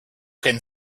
can